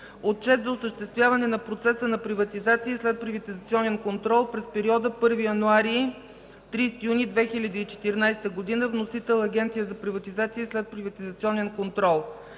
Отчет за осъществяване на процеса на приватизация и следприватизационен контрол през периода 1 януари – 30 юни 2014 г. Вносител – Агенция за приватизация и следприватизационен контрол.